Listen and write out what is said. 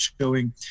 showing